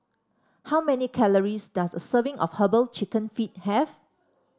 how many calories does a serving of herbal chicken feet have